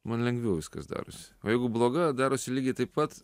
man lengviau viskas darosi o jeigu bloga darosi lygiai taip pat